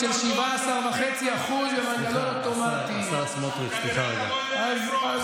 ויודע כבר מספיק טוב לשפוט את דברי הרהב שלך,